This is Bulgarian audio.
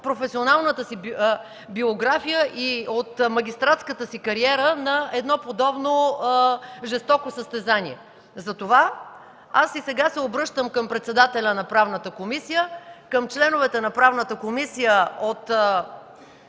професионалната си биография и от магистратската си кариера на подобно жестоко състезание. Затова и се обръщам към председателя на Правната комисия, към членовете на Правната комисия от